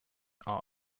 are